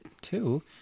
two